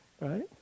right